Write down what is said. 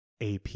AP